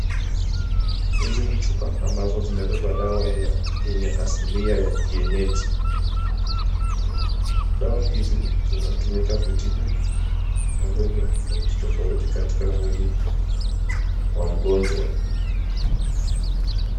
Hizi ni chupa ambazo zimebeba dawa yenye asilia ya kienyeji. Dawa hizi zinatumika kutibu magonjwa tofauti tofauti katika mwili wa mgonjwa.